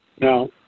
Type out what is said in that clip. Now